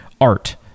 art